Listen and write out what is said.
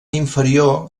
inferior